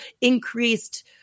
increased